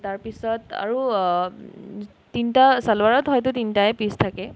তাৰপিছত আৰু তিনিটা চালৱাৰত হয়তো তিনিটায়েই পিচ থাকে